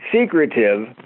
secretive